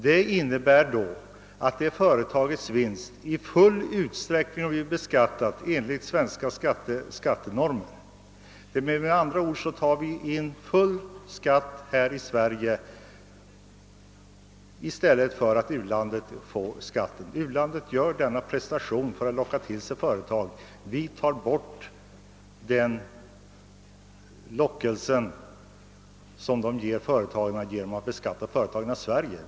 Detta innebär att företagets vinst i full utsträckning blir beskattad enligt svenska skattenor mer. Med andra ord tar vi in full skatt här i Sverige. U-landet gör denna prestation för att locka till sig företag, men vi tar bort lockelsen genom att beskatta företagen i Sverige.